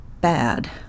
bad